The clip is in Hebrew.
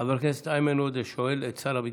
חבר הכנסת איימן עודה שואל את שר הביטחון.